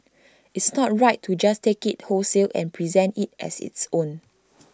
it's not right to just take IT wholesale and present IT as its own